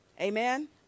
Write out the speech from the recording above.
Amen